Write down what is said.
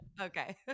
Okay